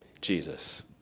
Jesus